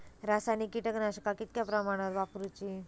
रासायनिक कीटकनाशका कितक्या प्रमाणात वापरूची?